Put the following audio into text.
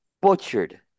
butchered